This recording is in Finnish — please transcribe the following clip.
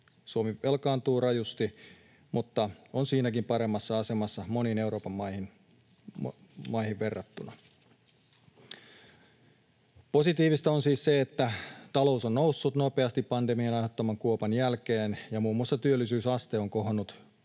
Suomi velkaantuu rajusti, mutta on siinäkin paremmassa asemassa moniin Euroopan maihin verrattuna. Positiivista on siis se, että talous on noussut nopeasti pandemian aiheuttaman kuopan jälkeen ja muun muassa työllisyysaste on kohonnut